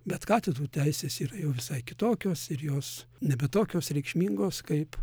bet katedrų teisės yra jau visai kitokios ir jos nebe tokios reikšmingos kaip